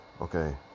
Okay